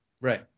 Right